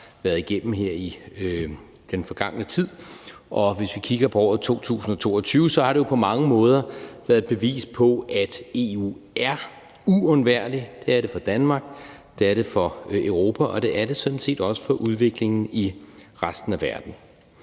været igennem her i den forgangne tid, og hvis vi kigger på året 2022, har det på mange måder været et bevis på, at EU er uundværlig: Det er det for Danmark, det er det for Europa, og det er det sådan set også for udviklingen i resten af verden.